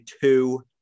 two